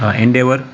endeavor